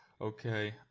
Okay